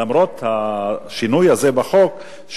למרות השינוי הזה בחוק,